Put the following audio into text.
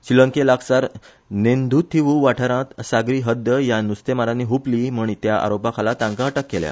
श्रीलंके लागसार नेद्रंथीवू वाठारांत सागरी हद्द ह्या नुस्तेमा यांनी हपली म्हण त्या आरोपाखाला तांका अटक केल्या